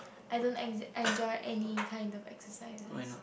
I don't exac~ enjoy any kind of exercises